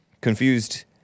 confused